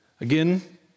Again